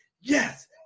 yes